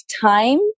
time